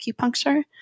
acupuncture